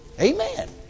Amen